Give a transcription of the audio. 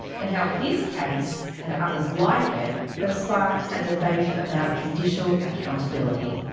and how his case, and others like it, have sparked a debate about judicial accountability.